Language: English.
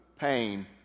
pain